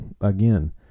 Again